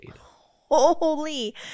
Holy